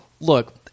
Look